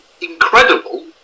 incredible